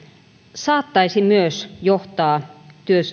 saattaisi myös johtaa